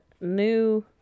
new